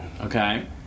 Okay